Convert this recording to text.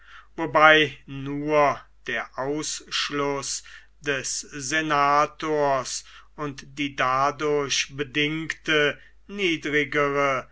wobei nur der ausschluß des senators und die dadurch bedingte niedrigere